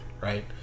right